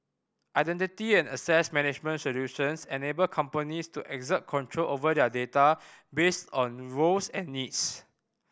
identity and access management solutions enable companies to exert control over their data based on roles and needs